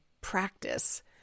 practice